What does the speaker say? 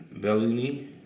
Bellini